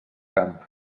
camp